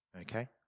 okay